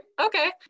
okay